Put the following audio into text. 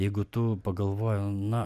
jeigu tu pagalvoji na